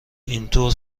اینطور